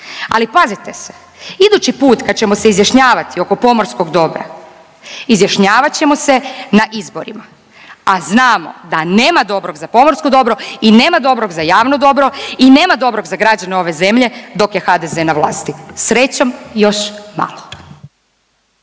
Ali pazite se, idući put kad ćemo se izjašnjavati oko pomorskog dobra, izjašnjavat ćemo se na izborima, a znamo da nema dobrog za pomorsko dobro i nema dobrog za javno dobro i nema dobrog za građane ove zemlje dok je HDZ na vlasti. Srećom, još malo.